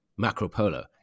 Macropolo